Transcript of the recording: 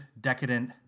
decadent